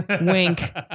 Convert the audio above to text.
wink